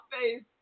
face